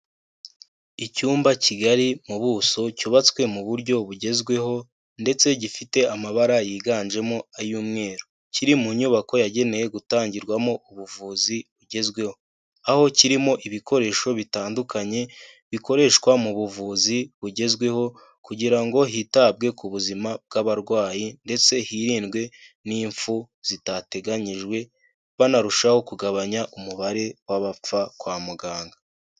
Icyumba kigari mu buso, cyubatswe mu buryo bugezweho ndetse gifite amabara yiganjemo ay'umweru. Kiri mu nyubako yagenewe gutangirwamo ubuvuzi bugezweho. aho kirimo ibikoresho bitandukanye bikoreshwa mu buvuzi bugezweho kugira ngo hitabwe ku buzima bw'abarwayi ndetse hirindwe n'impfu zitateganyijwe, banarushaho kugabanya umubare w'abapfa kwa muganga.